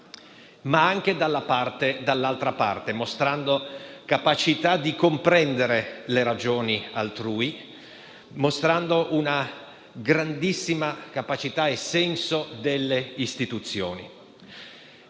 sia dall'altra parte, mostrando capacità di comprendere le ragioni altrui e una grandissima capacità e senso delle istituzioni.